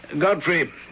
Godfrey